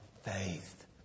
faith